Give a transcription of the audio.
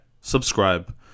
subscribe